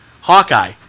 Hawkeye